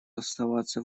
оставаться